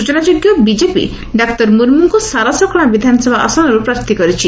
ସୂଚନାଯୋଗ୍ୟ ବିଜେପି ଡାକ୍ତର ମୁର୍ମୁଙ୍କୁ ସାରସକଣା ବିଧାନସଭା ଆସନରୁ ପ୍ରାର୍ଥୀ କରିଛି